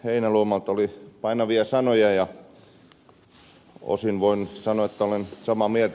heinäluomalta tuli painavia sanoja ja osin voin sanoa että olen samaa mieltä